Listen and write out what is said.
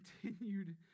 continued